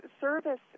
service